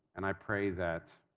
and i pray that